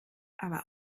aber